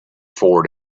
forward